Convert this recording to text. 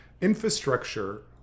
infrastructure